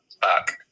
fuck